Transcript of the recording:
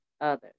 others